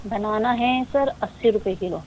بنانا ہیں سر اسی روپئے کلو